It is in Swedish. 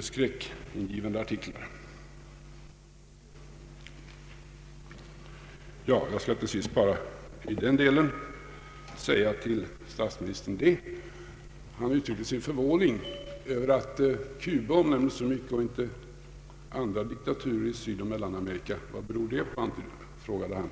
skräckingivande artiklar. Jag skall till sist i den delen bara kommentera statsministerns förvåning över att Cuba har nämnts så mycket men däremot inte andra diktaturer i Sydoch Mellanamerika. Vad beror det på, frågade han.